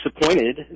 disappointed